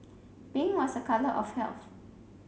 pink was a colour of health